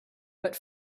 but